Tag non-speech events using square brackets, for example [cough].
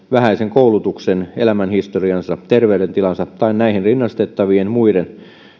[unintelligible] vähäisen koulutuksen elämänhistoriansa terveydentilansa tai näihin rinnastettavien muiden